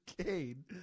Kane